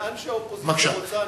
לאן שהאופוזיציה רוצה.